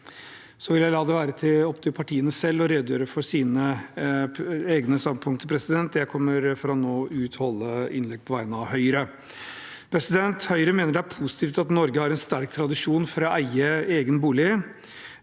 Jeg vil la det være opp til partiene selv å redegjøre for sine egne standpunkter. Jeg kommer fra nå av til å holde innlegg på vegne av Høyre. Høyre mener det er positivt at Norge har en sterk tradisjon for å eie egen bolig.